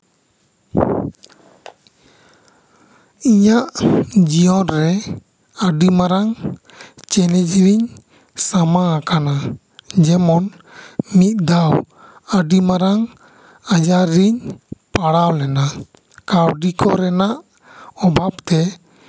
ᱤᱧᱟᱹᱜ ᱡᱤᱭᱚᱱᱨᱮ ᱟᱹᱰᱤ ᱢᱟᱨᱟᱝ ᱡᱤᱱᱤᱥ ᱨᱤᱧ ᱥᱟᱢᱟᱝ ᱟᱠᱟᱱᱟ ᱡᱮᱢᱚᱱ ᱢᱤᱫ ᱫᱷᱟᱣ ᱟᱹᱰᱤ ᱢᱟᱨᱟᱝ ᱟᱡᱟᱨ ᱨᱤᱧ ᱯᱟᱲᱟᱣ ᱞᱮᱱᱟ ᱠᱟᱹᱣᱰᱤ ᱠᱚᱨᱮᱱᱟᱜ ᱚᱵᱷᱟᱵᱛᱮ